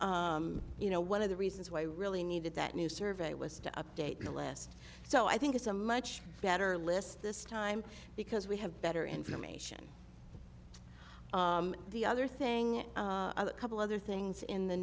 so you know one of the reasons why i really needed that new survey was to update the list so i think it's a much better list this time because we have better information the other thing a couple other things in the